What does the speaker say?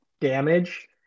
damage